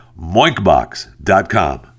moinkbox.com